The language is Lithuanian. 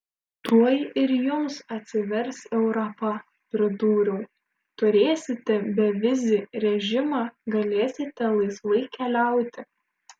tuoj ir jums atsivers europa pridūriau turėsite bevizį režimą galėsite laisvai keliauti